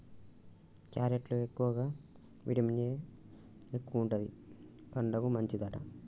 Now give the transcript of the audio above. carrot లో ఎక్కువగా vitamin A ఎక్కువుంటది, కండ్లకు మంచిదట